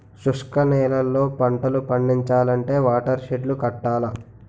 శుష్క నేలల్లో పంటలు పండించాలంటే వాటర్ షెడ్ లు కట్టాల